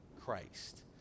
Christ